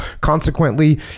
Consequently